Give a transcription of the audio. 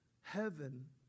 Heaven